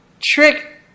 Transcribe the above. trick